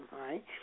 right